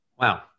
Wow